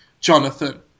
Jonathan